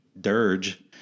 dirge